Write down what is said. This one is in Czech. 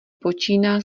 počíná